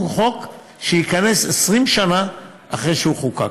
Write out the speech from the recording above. חוק שייכנס לתוקף 20 שנה אחרי שהוא חוקק.